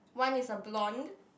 one is a blonde